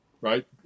right